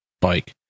bike